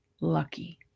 lucky